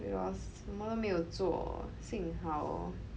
对我什么都没有做幸好